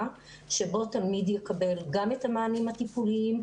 שבו תלמיד יקבל גם את המענים הטיפוליים,